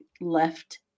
left